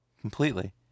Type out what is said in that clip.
Completely